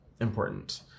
important